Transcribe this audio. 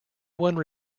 one